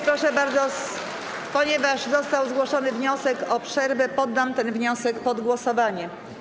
Proszę bardzo, ponieważ został zgłoszony wniosek o przerwę, poddam ten wniosek pod głosowanie.